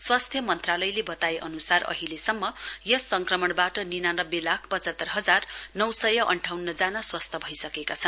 स्वास्थ्य मन्त्रालयले बताए अन्सार अहिलेसम्म यस संक्रमणबाट निनानब्बे लाख पचहतर हजार नौ सय अन्ठाउन्न जना स्वस्थ भइसकेका छन्